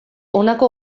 honako